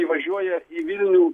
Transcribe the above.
įvažiuoja į vilnių